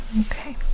okay